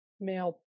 male